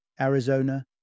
Arizona